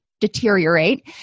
deteriorate